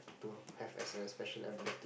to have a special ability